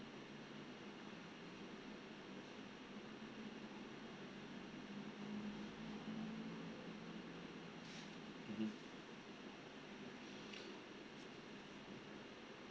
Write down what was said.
mm